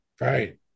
right